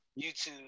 YouTube